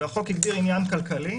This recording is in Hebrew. והחוק הגדיר עניין כלכלי,